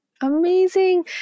Amazing